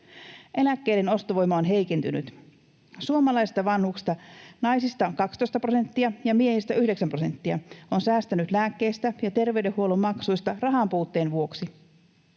Eläkkeiden ostovoima on heikentynyt. Suomalaisista vanhuksista naisista 12 prosenttia ja miehistä 9 prosenttia on säästänyt lääkkeistä ja terveydenhuollon maksuista rahanpuutteen vuoksi.